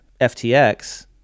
ftx